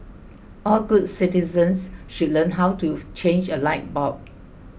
all good citizens should learn how to change a light bulb